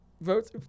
votes